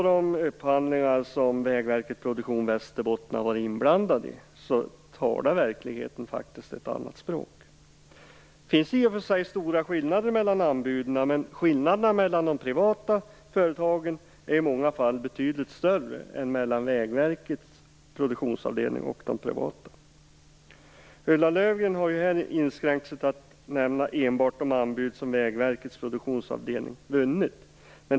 De upphandlingar som Vägverkets produktionsdivision i Västerbotten har varit inblandad i talar i verkligheten ett annat språk. Det finns i och för sig stora skillnader mellan anbuden. Men skillnaderna mellan de privata företagen är i många fall betydligt större än mellan Vägverkets produktionsavdelning och de privata. Ulla Löfgren har inskränkt sig till att enbart nämna de anbud som Vägverkets produktionsavdelning vunnit.